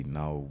now